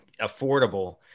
affordable